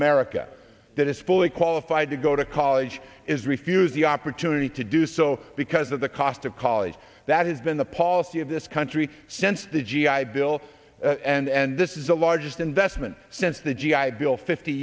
america that is fully qualified to go to college is refused the opportunity to do so because of the cost of college that has been the policy of this country since the g i bill and this is the largest investment since the g i bill fifty